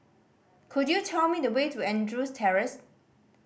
could you tell me the way to Andrews Terrace